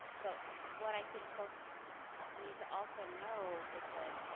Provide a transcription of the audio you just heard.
but what i think folks need to also know is that.